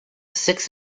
six